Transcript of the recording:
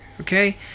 Okay